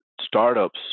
startups